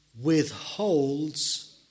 withholds